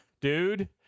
Dude